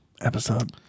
episode